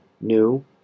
New